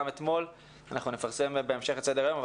בהמשך נפרסם את סדר-היום,